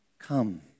Come